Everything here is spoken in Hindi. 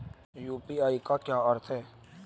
यू.पी.आई का क्या अर्थ है?